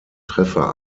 treffer